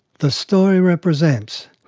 the story represents,